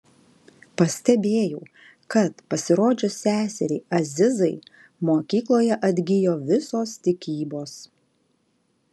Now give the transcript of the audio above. pastebėjau kad pasirodžius seseriai azizai mokykloje atgijo visos tikybos